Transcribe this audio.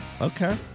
Okay